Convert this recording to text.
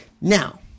Now